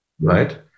right